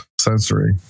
sensory